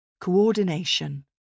Coordination